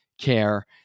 care